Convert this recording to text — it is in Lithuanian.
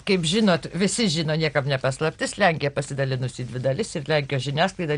kaip žinot visi žino niekam ne paslaptis lenkija pasidalinusi į dvi dalis ir lenkijos žiniasklaida